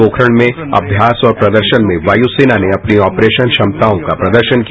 पोखरन में अभ्यास और प्रदर्शन में वायुसेना ने अपनी ऑपरेशन क्षमताओं का प्रदर्शन किया